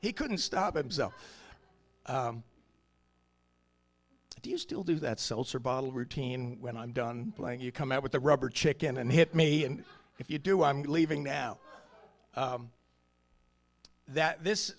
he couldn't stop and so do you still do that seltzer bottle routine when i'm done playing you come out with the rubber chicken and hit me and if you do i'm leaving now that this